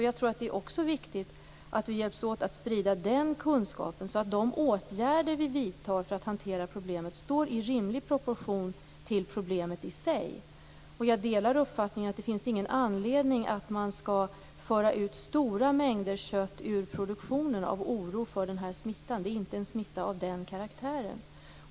Jag tror också att det är viktigt att vi hjälps åt med att sprida den kunskapen, så att de åtgärder vi vidtar för att hantera problemet står i rimlig proportion till problemet i sig. Jag delar uppfattningen att det inte finns någon anledning att föra ut stora mängder kött ur produktionen av oro för den här smittan. Det är inte en smitta av den karaktären.